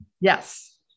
yes